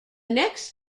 next